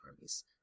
armies